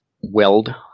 Weld